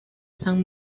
san